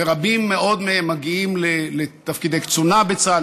ורבים מאוד מהם מגיעים לתפקידי קצונה בצה"ל,